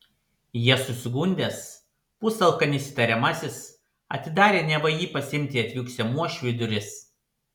ja susigundęs pusalkanis įtariamasis atidarė neva jį pasiimti atvykusiam uošviui duris